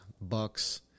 Bucks